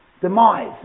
demise